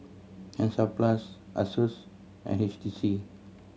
Hansaplast Asus and H T C